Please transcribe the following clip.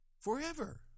forever